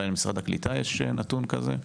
אולי למשרד הקליטה יש נתון כזה?